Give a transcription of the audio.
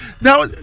Now